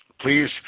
please